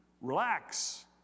Relax